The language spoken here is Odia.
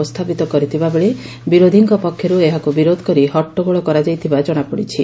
ଉପସ୍ରାପିତ କରିଥିବାବେଳେ ବିରୋଧୀଙ୍କ ପକ୍ଷରୁ ଏହାକୁ ବିରୋଧ କରି ହଟଗୋଳ କରାଯାଇଥିବା ଜଣାପଡିଛି